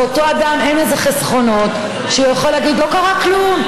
לאותו אדם אין איזה חסכונות שהוא יכול להגיד: לא קרה כלום,